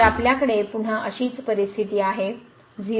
तर आपल्याकडे पुन्हा अशीच परिस्थिती आहे 0